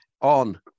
on